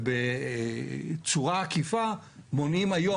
ובצורה עקיפה מונעים היום,